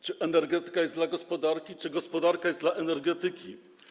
Czy energetyka jest dla gospodarki, czy gospodarka jest dla energetyki?